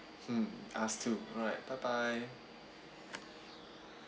mm us to right bye bye